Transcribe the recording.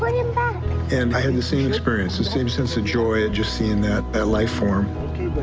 and i have the same experience, the same sense of joy of just seeing that life-form. okay, but